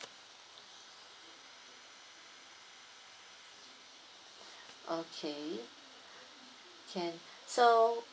okay can so